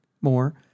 more